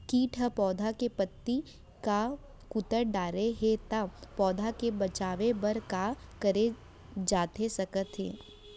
किट ह पौधा के पत्ती का कुतर डाले हे ता पौधा के बचाओ बर का करे जाथे सकत हे?